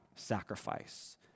sacrifice